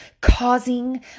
causing